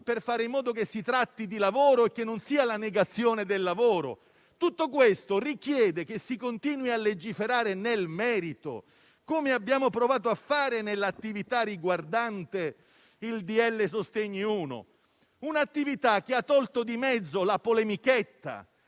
per fare in modo che si tratti di lavoro e che non sia la negazione del lavoro. Tutto questo richiede che si continui a legiferare nel merito, come abbiamo provato a fare nell'attività riguardante il primo decreto-legge sostegni: un'attività che ha tolto di mezzo la polemichetta,